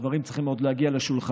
הדברים עוד צריכים להגיע לשולחני,